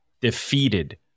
defeated